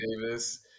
Davis